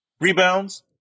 Rebounds